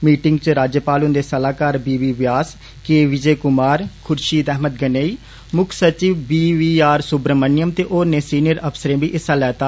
meeting च राज्यपाल हुन्दे सलाहकार B B Vyas K Vijay Kumar Khurshid Ahmad Ganai मुक्ख सचिव बी वी आर सुब्रमनयम ते होरने सीनियर अफसरे बी हिस्सा लैता